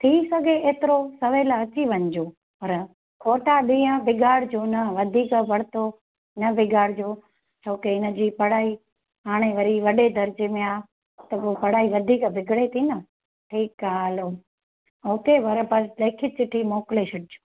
थी सघे एतिरो सवेल अची वञिजो पर खोटा ॾींहं बिगाड़जो न वधीक वरितो न बिगाड़जो छोके इनजी पढ़ाई हाणे वरी वॾे दर्जे में आहे त पोइ पढ़ाई वधीक बिगड़े थी न ठीकु आहे हलो ओके पर पर लेखित चिठी मोकिले छॾिजो